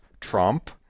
trump